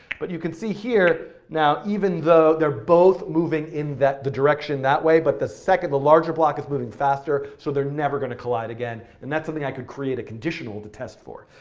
but you could see here, now even though they're both moving in the direction that way, but the second, the larger block is moving faster, so they're never going to collide again, and that's something i could create a conditional to test for.